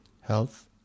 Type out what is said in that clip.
health